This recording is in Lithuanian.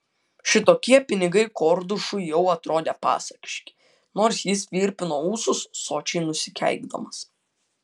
šitokie pinigai kordušui jau atrodė pasakiški nors jis virpino ūsus sočiai nusikeikdamas